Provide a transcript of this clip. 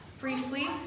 briefly